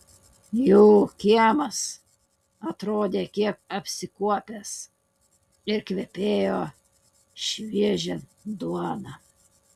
jų kiemas atrodė kiek apsikuopęs ir kvepėjo šviežia duona